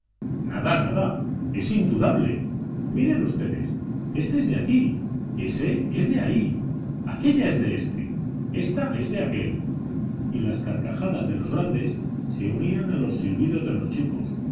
nada nada es indudable miren ustedes éste es de aquí ése es de ahí aquélla es de éste ésta es de aquél y las carcajadas de los grandes se unían a los silbidos de los chicos